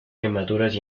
quemaduras